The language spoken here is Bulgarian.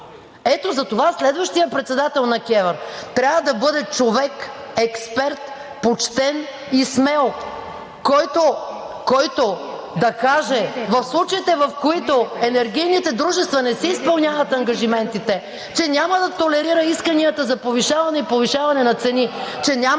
Ето затова следващият председател на КЕВР трябва да бъде човек експерт, почтен и смел, който да каже в случаите, в които енергийните дружества не си изпълняват ангажиментите, че няма да толерира исканията за повишаване и повишаване на цени. (Шум и реплики.)